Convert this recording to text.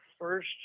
first